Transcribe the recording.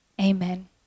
amen